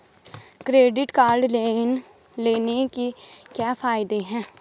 Credit card लेने के क्या फायदे हैं?